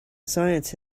science